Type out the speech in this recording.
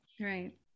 Right